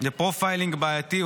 לפרופיילינג בעייתי.